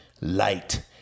light